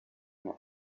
that